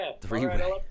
three-way